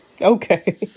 Okay